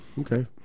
Okay